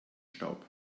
staub